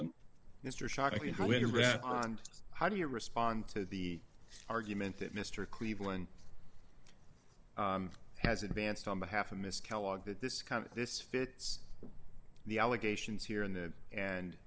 this how do you respond to the argument that mr cleveland has advanced on behalf of miss kellogg that this kind of this fits the allegations here and the and